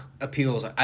appeals